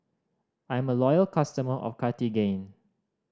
I am a loyal customer of Cartigain